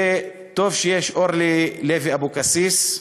וטוב שיש אורלי לוי אבקסיס,